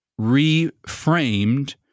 reframed